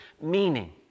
meaning